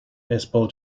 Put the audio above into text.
baseball